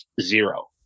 zero